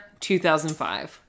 2005